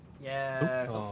Yes